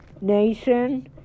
Nation